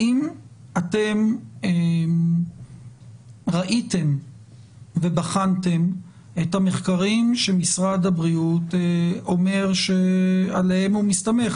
האם אתם ראיתם ובחנתם את המחקרים שמשרד הבריאות אומר שעליהם הוא מסתמך,